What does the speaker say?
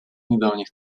недавних